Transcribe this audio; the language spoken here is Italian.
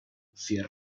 phil